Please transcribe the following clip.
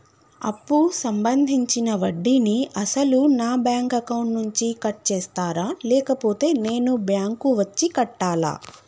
అప్పు సంబంధించిన వడ్డీని అసలు నా బ్యాంక్ అకౌంట్ నుంచి కట్ చేస్తారా లేకపోతే నేను బ్యాంకు వచ్చి కట్టాలా?